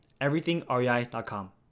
EverythingREI.com